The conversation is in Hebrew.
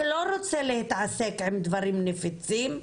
שלא רוצים להתעסק עם דברים נפיצים,